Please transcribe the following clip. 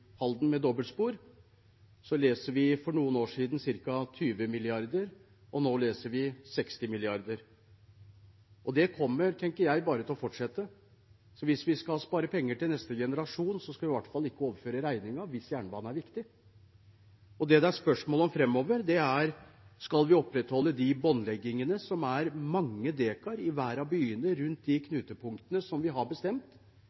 Halden med dobbeltspor, leste vi for noen år siden ca. 20 mrd. kr, og nå leser vi 60 mrd. kr. Det kommer bare til å fortsette, tenker jeg. Hvis vi skal spare penger til neste generasjon, skal vi i hvert fall ikke overføre regningen hvis jernbane er viktig. Det det er spørsmål om framover, er om vi skal opprettholde båndleggingen som utgjør mange dekar i hver av byene rundt de knutepunktene som vi har bestemt,